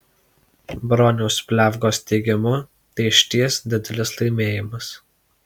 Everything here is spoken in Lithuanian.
broniaus pliavgos teigimu tai išties didelis laimėjimas